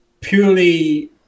purely